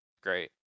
Great